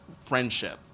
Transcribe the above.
friendship